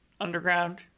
underground